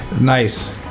nice